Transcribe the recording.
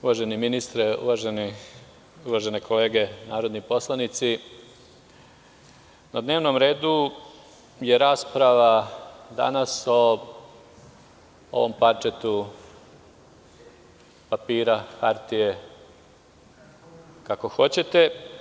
Uvaženi ministre, uvažene kolege narodni poslanici, na dnevnom redu danas je rasprava o ovom parčetu papira, hartije, kako hoćete.